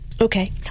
Okay